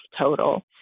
total